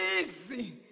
easy